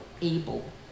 able